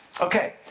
Okay